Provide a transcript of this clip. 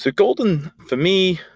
ah golden, for me,